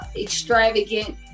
extravagant